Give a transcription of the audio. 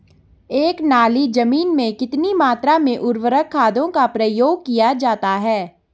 एक नाली जमीन में कितनी मात्रा में उर्वरक खादों का प्रयोग किया जाता है?